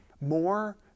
more